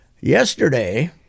yesterday